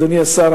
אדוני השר,